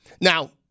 Now